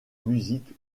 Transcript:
musique